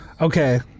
Okay